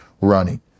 running